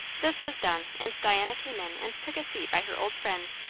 this was done, and diana came in and took a seat by her old friend.